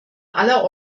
aller